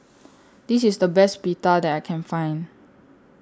This IS The Best Pita that I Can Find